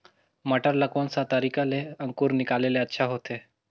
मटर ला कोन सा तरीका ले अंकुर निकाले ले अच्छा होथे?